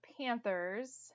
Panthers